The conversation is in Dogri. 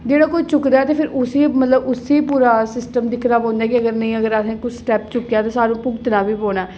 जेह्ड़ा कोई चुकदा ऐ ते उसी मतलब उसी बी पूरा सिस्टम दिक्खना पौंदा केअगर असें कोई स्टैप्प चुक्केआ ते भुगतना बी पौना ऐ